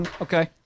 okay